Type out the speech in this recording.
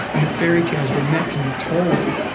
and that fairy tales were meant to be told,